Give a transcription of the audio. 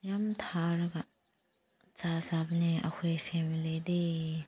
ꯌꯥꯝꯅ ꯊꯥꯔꯒ ꯆꯥꯕꯅꯦ ꯑꯩꯈꯣꯏ ꯐꯦꯃꯤꯂꯤꯗꯤ